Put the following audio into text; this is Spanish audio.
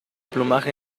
plumaje